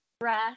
rest